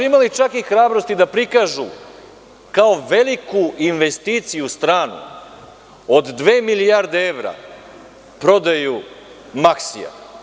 Imali su čak i hrabrosti da prikažu kao veliku stranu investiciju od dve milijarde evra prodaju „Maksija“